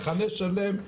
מחנה שלם,